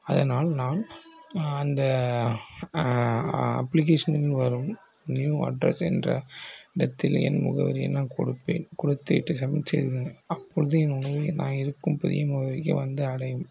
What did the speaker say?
அதனால் நான் அந்த அப்ளிகேஷனில் வரும் நியூ அட்ரெஸ் என்ற இடத்தில் என் முகவரியை நான் கொடுப்பேன் கொடுத்து விட்டு சமிட் செய்து விடுவேன் அப்பொழுது என் உணவை நான் இருக்கும் புதிய முகவரிக்கே வந்து அடையும்